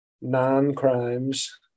non-crimes